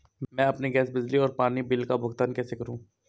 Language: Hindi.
मैं अपने गैस, बिजली और पानी बिल का भुगतान कैसे करूँ?